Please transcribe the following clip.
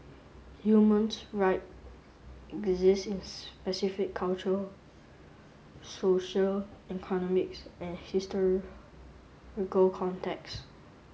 humans right exist in specific cultural social economics and contexts